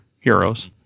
heroes